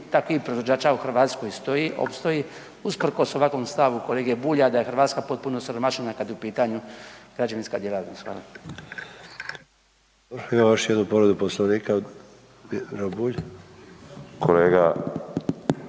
takvih proizvođača u Hrvatskoj opstoji usprkos ovakvom stavu kolege Bulja da je Hrvatska potpuno osiromašena kada je u pitanju građevinska djelatnost. Hvala. **Sanader, Ante (HDZ)** Imamo još jednu povredu Poslovnika Miro Bulj. **Bulj,